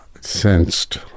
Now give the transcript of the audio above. sensed